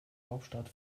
hauptstadt